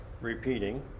repeating